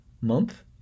Month